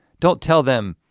don't tell them,